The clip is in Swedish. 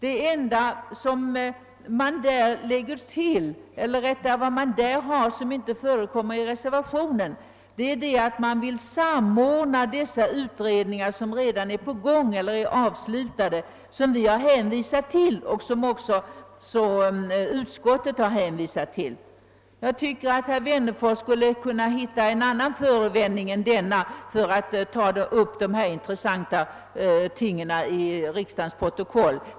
Det enda i motionen som inte finns med i reservationen är önskemålet att samordna de utredningar som redan pågår eller avslutats, vilka vi liksom utskottet hänvisat till. Jag tycker herr Wennerfors skulle ha kunnat finna en annan förevändning än denna för att införa dessa intressanta ting i riksdagens protokoll.